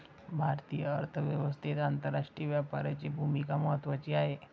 भारतीय अर्थव्यवस्थेत आंतरराष्ट्रीय व्यापाराची भूमिका महत्त्वाची आहे